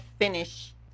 finish